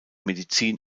medizin